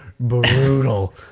brutal